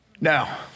Now